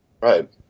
Right